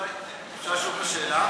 אדוני השר, אפשר לשאול אותך שאלה?